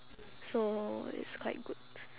so it's quite good